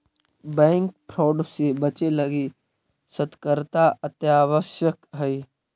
bank fraud से बचे लगी सतर्कता अत्यावश्यक हइ